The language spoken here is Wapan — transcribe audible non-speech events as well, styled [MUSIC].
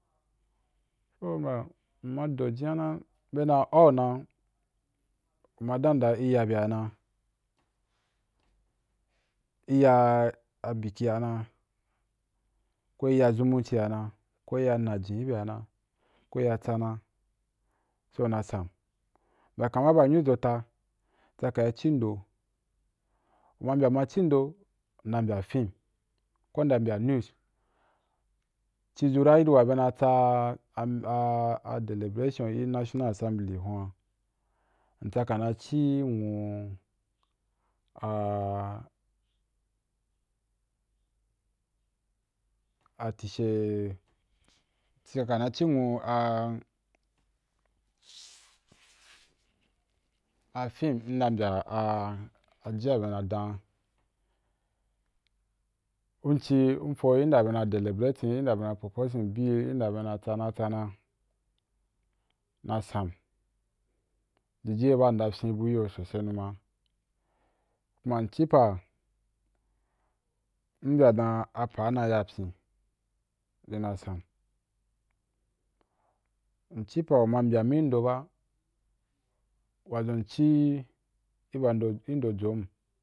Ubya, mma do jiya na be da au na, uma dayim dan iya be ya na, iya ‘ a abiki ya na, ko iya zumunci a na, ko iya nnajin ibe a na, ko iya tsana so na sam bya kama ba anyu zo ta tsa ka ci do, uma mbyam ma ci do, nna mbya film ko nna mbya news ci zo ra iri wa be na tsa [HESITATION] deliberation i national assembly hun ‘a, mtsa ka na ci nwa [HESITATION] tishe-mtsaka na ci nwu [HESITATION] a film nna bya a ji a be na dan, mci mfo yin da be na deliberating yinda be na proposing bills yin da be na tsana tsana na sam, jiji ye ba nda fyin bu iyo sosai nu ma. Ku ma mci pa, mbya dan apa na ya pyi ri na sam. Mci pa uma mbya mí i’ ndo ba, wa zun mci’ i ba, i’ ndo jom.